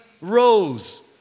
rose